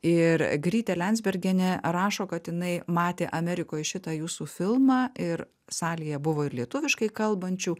ir grytė lensbergienė rašo kad jinai matė amerikoj šitą jūsų filmą ir salėje buvo ir lietuviškai kalbančių